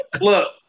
look